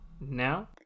now